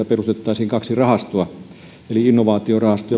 perustettaisiin kaksi rahastoa eli innovaatiorahasto